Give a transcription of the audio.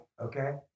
okay